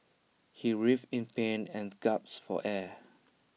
he writhed in pain and gasped for air